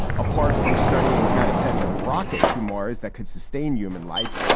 apart from studying how to send a rocket to mars that could sustain human life,